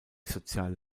soziale